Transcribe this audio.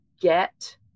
get